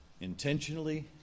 intentionally